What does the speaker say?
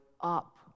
up